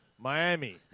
Miami